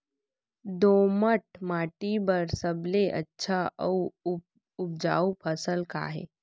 दोमट माटी बर सबले अच्छा अऊ उपजाऊ फसल का हे?